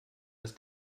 das